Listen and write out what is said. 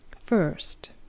First